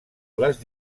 les